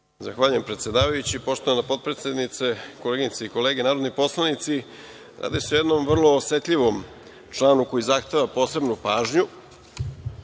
Zahvaljujem predsedavajući. Poštovana potpredsednice, koleginice i kolege narodni poslanici, radi se o jednom vrlo osetljivom članu koji zahteva posebnu pažnju.